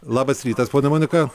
labas rytas ponia monika